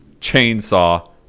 chainsaw